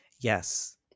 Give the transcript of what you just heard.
Yes